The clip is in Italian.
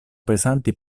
pesanti